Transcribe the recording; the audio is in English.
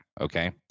okay